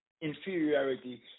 inferiority